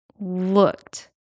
looked